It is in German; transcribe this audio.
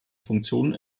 funktion